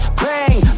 bang